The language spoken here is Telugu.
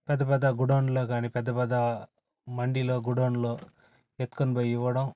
పెద్ద పెద్ద గోడౌన్లో కాని పెద్ద పెద్ద మండీలో గోడౌన్లో ఎత్తుకొని పోయి ఇవ్వడం